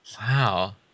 wow